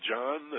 John